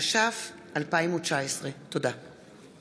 התש"ף 2019. תודה.